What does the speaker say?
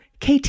KT